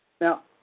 Now